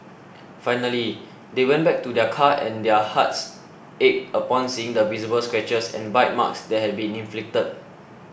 finally they went back to their car and their hearts ached upon seeing the visible scratches and bite marks that had been inflicted